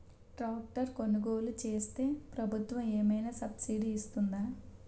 Tractor కొనుగోలు చేస్తే ప్రభుత్వం ఏమైనా సబ్సిడీ ఇస్తుందా?